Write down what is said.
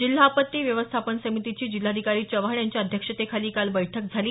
जिल्हा आपत्ती व्यवस्थापन समितीची जिल्हाधिकारी चव्हाण यांच्या अध्यक्षतेखाली काल बैठक झाली